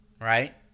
right